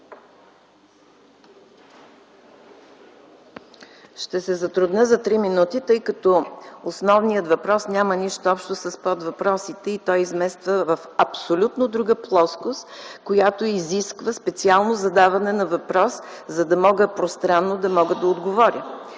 Ще се затрудня да отговоря за три минути, тъй като основният въпрос няма нищо общо с подвъпросите и той измества в абсолютно друга плоскост, която изисква специално задаване на въпрос, за да мога пространно да отговоря.